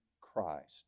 Christ